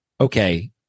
okay